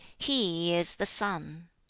he is the sun,